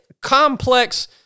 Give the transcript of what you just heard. complex